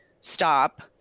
stop